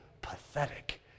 pathetic